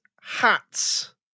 Hats